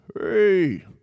Hey